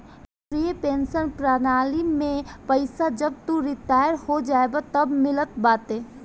राष्ट्रीय पेंशन प्रणाली में पईसा जब तू रिटायर हो जइबअ तअ मिलत बाटे